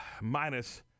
minus